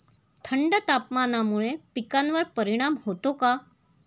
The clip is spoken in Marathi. थंड तापमानामुळे पिकांवर परिणाम होतो का?